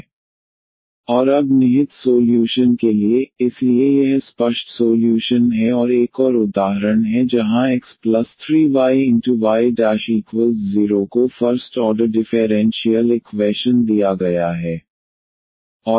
yc1cos kx c2sin kx और अब निहित सोल्यूशन के लिए इसलिए यह स्पष्ट सोल्यूशन है और एक और उदाहरण है जहां x3yy0 को फर्स्ट ऑर्डर डिफेरेंशीयल इक्वैशन दिया गया है